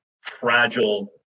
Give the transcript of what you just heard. fragile